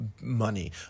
money